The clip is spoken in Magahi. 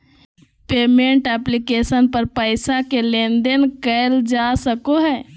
पेमेंट ऐप्लिकेशन पर पैसा के लेन देन कइल जा सको हइ